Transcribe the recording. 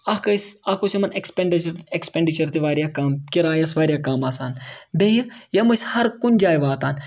اکھ ٲسۍ اکھ اوس یِمن اٮ۪کٕسپینڈِچر تہِ واریاہ کَم کِراے ٲسۍ واریاہ کَم آسان بیٚیہِ یِم ٲسۍ ہر کُنہِ جایہِ واتان